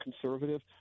conservative